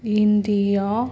India